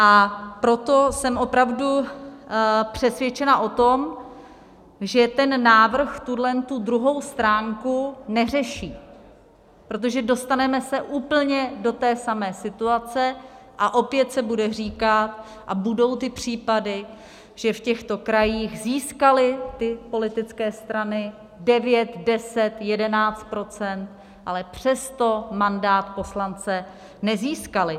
A proto jsem opravdu přesvědčena o tom, že ten návrh tuhle druhou stránku neřeší, protože se dostaneme úplně do té samé situace a opět se bude říkat a budou ty případy, že v těchto krajích získaly ty politické strany 9, 10, 11 %, ale přesto mandát poslance nezískaly.